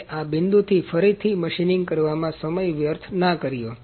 તેથી એ આ બિંદુથી ફરીથી મશીનિંગ કરવામાં સમય વ્યર્થ ના કર્યો